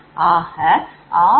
ஆக OFF நிலையில் I2I4